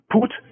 Put